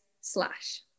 slash